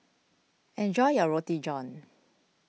enjoy your Roti John